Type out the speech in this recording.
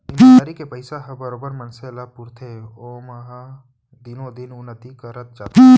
ईमानदारी के पइसा ह बरोबर मनसे ल पुरथे ओहा दिनो दिन उन्नति करत जाथे